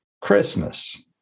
Christmas